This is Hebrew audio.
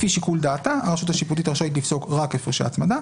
לפי שיקול דעתה הרשות השיפוטית רשאית לפסוק רק הפרשי הצמדה,